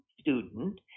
student